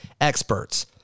experts